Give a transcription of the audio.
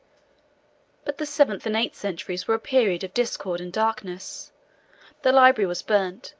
but the seventh and eight centuries were a period of discord and darkness the library was burnt,